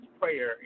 Prayer